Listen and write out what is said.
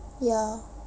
ya